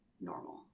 normal